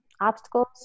obstacles